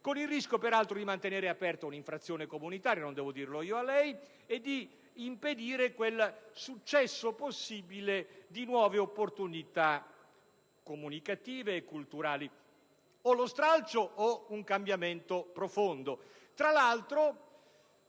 con il rischio peraltro di mantenere aperta un'infrazione comunitaria - non devo dirlo io a lei - e di impedire quel successo possibile di nuove opportunità comunicative e culturali? O lo stralcio, quindi, o un cambiamento profondo.